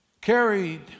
Carried